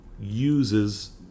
uses